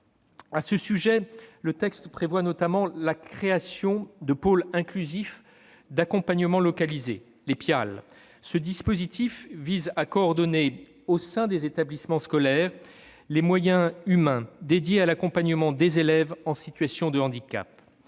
À ce sujet, le texte prévoit notamment la création des pôles inclusifs d'accompagnement localisés, les PIAL. Ce dispositif vise à coordonner, au sein des établissements scolaires, les moyens humains dédiés à l'accompagnement des élèves en situation de handicap.